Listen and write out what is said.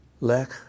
Lech